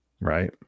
right